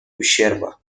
ущерба